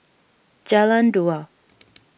Jalan Dua